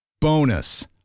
Bonus